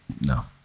No